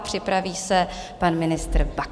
Připraví se pan ministr Baxa.